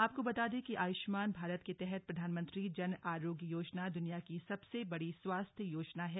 आपको बता दें कि आयुष्मान भारत के तहत प्रधानमंत्री जन आरोग्य योजना दुनिया की सबसे बड़ी स्वास्थ्य योजना है